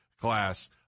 class